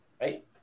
right